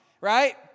right